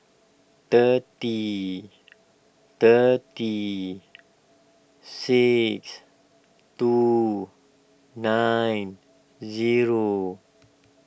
thirty thirty six two nine zero